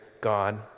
God